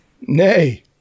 Nay